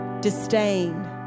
disdain